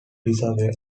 reservoir